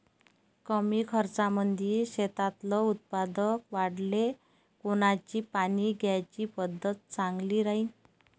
कमी खर्चामंदी शेतातलं उत्पादन वाढाले कोनची पानी द्याची पद्धत चांगली राहीन?